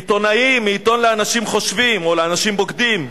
עיתונאי מעיתון לאנשים חושבים או לאנשים בוגדים,